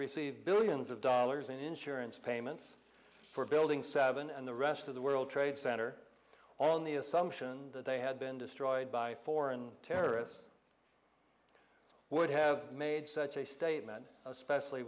receive billions of dollars in insurance payments for building seven and the rest of the world trade center on the assumption that they had been destroyed by foreign terrorists would have made such a statement especially